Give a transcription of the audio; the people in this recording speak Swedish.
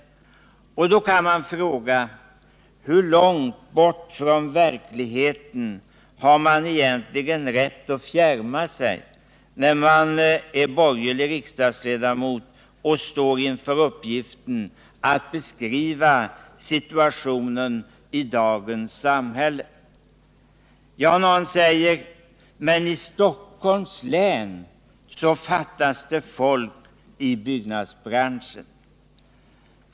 Då frågar jag: Hur långt bort från verkligheten har man egentligen rätt att fjärma sig, när man är borgerlig riksdagsledamot och står inför uppgiften att beskriva situationen i dagens samhälle? Ja, säger man då, men i Stockholms län fattas det folk i byggnadsbranschen.